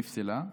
נפסלה.